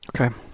Okay